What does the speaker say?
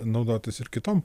naudotis ir kitom